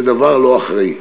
זה דבר לא אחראי.